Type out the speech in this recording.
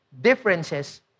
differences